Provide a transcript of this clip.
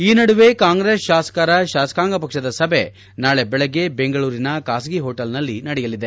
ಈ ನಡುವೆ ಕಾಂಗ್ರೆಸ್ ಶಾಸಕರ ಶಾಸಕಾಂಗ ಪಕ್ವದ ಸಭೆ ನಾಳೆ ದೆಳಗ್ಗೆ ಬೆಂಗಳೂರಿನ ಖಾಸಗಿ ಹೋಟೆಲ್ನಲ್ಲಿ ನಡೆಯಲಿದೆ